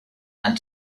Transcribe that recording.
and